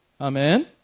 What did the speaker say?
Amen